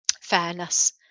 fairness